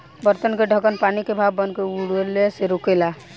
बर्तन के ढकन पानी के भाप बनके उड़ला से रोकेला